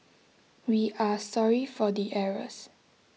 we are sorry for the errors